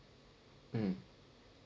mm